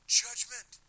judgment